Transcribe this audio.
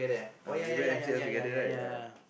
uh we went to M_C_L together right ya